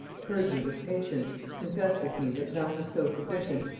heard me with patience, confessed with me that none was so sufficient,